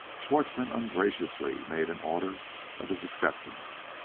schwartzmann ungraciously made an order of his acceptance.